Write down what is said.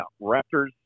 Raptors